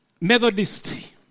Methodist